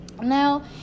Now